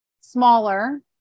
smaller